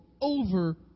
over